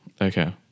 Okay